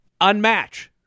unmatch